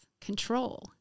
control